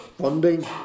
funding